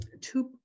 two